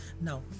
now